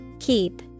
Keep